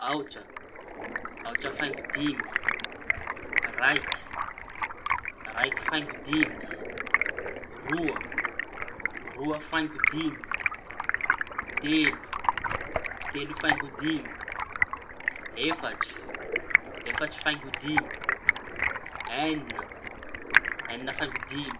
Aotra, aotra faingo dimy, raiky, raiky faingo dimy, roa, roa faingo dimy, telo, telo faingo dimy, efatra, efatra faingo dimy, eñina, eñina faingo dimy.